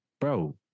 bro